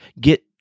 get